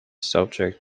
subject